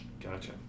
gotcha